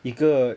一个